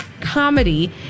Comedy